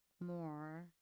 more